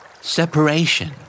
Separation